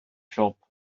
siop